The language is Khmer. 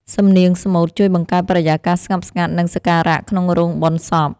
សំនៀងស្មូតជួយបង្កើតបរិយាកាសស្ងប់ស្ងាត់ និងសក្ការៈក្នុងរោងបុណ្យសព។